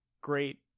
great